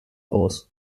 aus